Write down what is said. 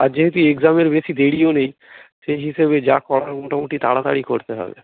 আর যেহেতু এক্সামের বেশি দেরিও নেই সেই হিসেবে যা করার মোটামুটি তাড়াতাড়িই করতে হবে